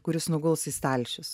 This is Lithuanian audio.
kuris nuguls į stalčius